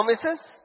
promises